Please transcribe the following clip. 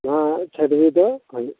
ᱱᱚᱣᱟ ᱪᱷᱟᱹᱰᱣᱤ ᱫᱚ ᱦᱩᱭᱩᱜ ᱠᱟᱱᱟ